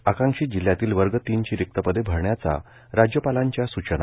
आकांक्षीत जिल्ह्यातील वर्ग तीनची रिक्त पदे भरण्याचा राज्यपालांच्या सुचना